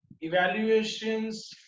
evaluations